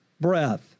breath